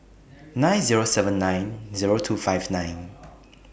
nine Zero seven nine Zero two five nine